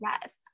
Yes